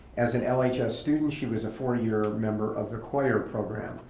as an lhs student, she was a four year member of the choir program.